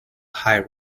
high